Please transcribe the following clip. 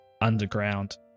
underground